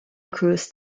cruise